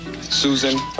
Susan